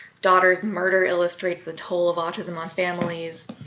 daughter's murder illustrates the toll of autism on families.